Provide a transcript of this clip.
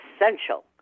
essential